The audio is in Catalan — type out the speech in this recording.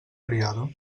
criada